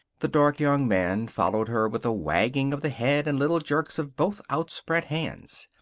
the dark young man followed her with a wagging of the head and little jerks of both outspread hands.